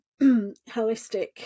holistic